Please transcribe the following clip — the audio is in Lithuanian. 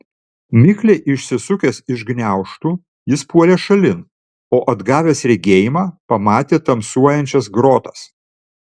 mikliai išsisukęs iš gniaužtų jis puolė šalin o atgavęs regėjimą pamatė tamsuojančias grotas